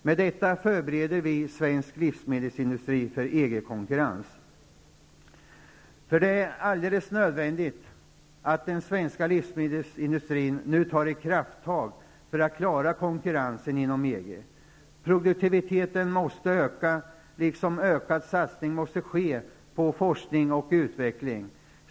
Med detta förbereder vi svensk livsmedelsindustri för EG-konkurrensen. Det är alldeles nödvändigt att den svenska livsmedelsindustrin nu tar ett krafttag för att klara konkurrensen inom EG. Produktiviteten måste öka, och en ökad satsning måste ske på forskning och utveckling.